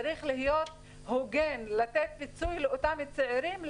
צריך להיות הוגנים ולתת פיצוי לאותם צעירים,